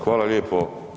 Hvala lijepo.